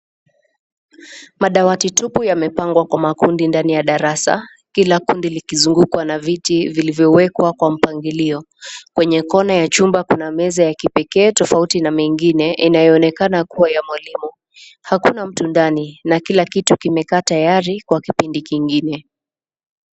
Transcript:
Madawati tupu yamepangwa kwa makundi ndani ya darasa, kila kundi likizungukwa na viti vilivyowekwa mpangilio. Kwenye corner ya chumba kuna meza yakipekee tofauti na mengine nayoonekana kua ya mwalimu. Hakuna mtu ndani na kila kitu kimeka tayari kwa kipindi ingine.